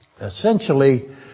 essentially